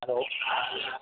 hello